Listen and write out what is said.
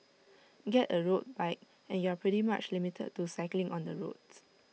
get A road bike and you're pretty much limited to cycling on the roads